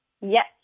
Yes